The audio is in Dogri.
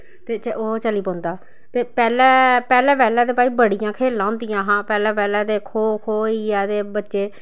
ते ओह् चली पौंदा ते पैह्लैं पैह्लैं पैह्लैं ते भाई बड़ियां खेल्लां होंदियां हां पैह्लैं पैह्लैं ते खो खो होई गेआ ते बच्चे